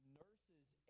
nurse's